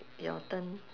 your turn